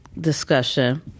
discussion